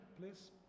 please